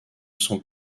sont